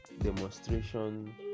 demonstration